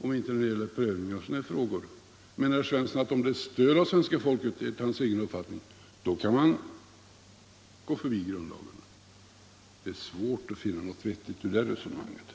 om inte när det gäller prövning av sådana här frågor? Menar herr Svensson att om det finns stöd av svenska folket, enligt hans uppfattning, då kan man gå förbi grundlagen? Det är svårt att finna något vettigt i det resonemanget.